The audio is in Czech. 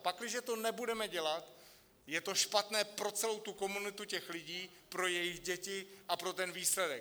Pakliže to nebudeme dělat, je to špatné pro celou komunitu těch lidí, pro jejich děti a pro ten výsledek.